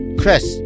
Chris